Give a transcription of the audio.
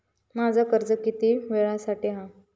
माझा कर्ज किती वेळासाठी हा?